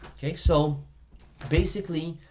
okay? so basically,